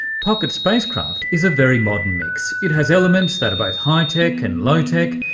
pocket spacecraft is a very modern mix. it has elements that are both high-tech and low-tech,